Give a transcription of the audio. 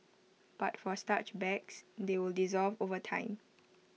but for starch bags they will dissolve over time